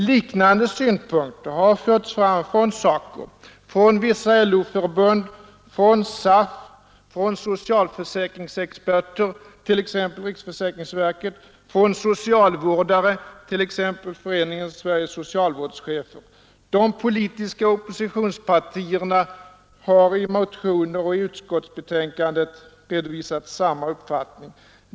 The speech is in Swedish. Liknande synpunkter har förts fram från SACO, från vissa LO-förbund, från SAF, från socialförsäkringsexperter, t.ex. riksförsäkringsverket, från socialvårdare, t.ex. Föreningen Sveriges socialvårdschefer. De politiska oppositionspartierna har i motioner och i utskottsbetänkandet redovisat samma uppfattning.